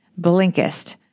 Blinkist